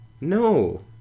No